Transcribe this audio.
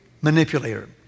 manipulator